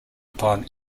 upon